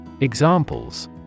Examples